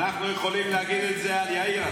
אנחנו יכולים להגיד את זה על יאיר.